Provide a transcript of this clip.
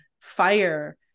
fire